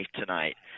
tonight